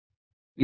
इसलिए यह r है